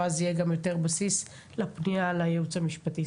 ואז יהיה גם יותר בסיס לפנייה לייעוץ המשפטי.